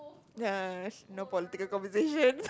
ya no political conversation